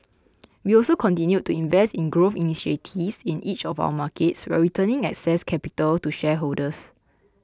we also continued to invest in growth initiatives in each of our markets while returning excess capital to shareholders